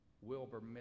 Wilbur